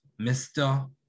Mr